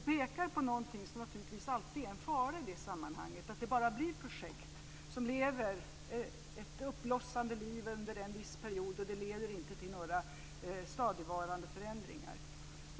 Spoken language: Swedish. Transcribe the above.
Hon pekar på en sak som naturligtvis alltid är en fara i det sammanhanget, nämligen att det bara blir projekt som lever ett uppblossande liv under en viss period och som inte leder till några stadigvarande förändringar.